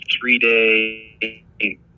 three-day